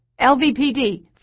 LVPD